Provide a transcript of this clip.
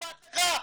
אכפת לך?